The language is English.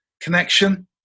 Connection